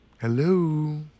Hello